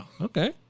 Okay